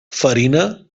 farina